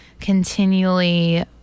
continually